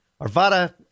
Arvada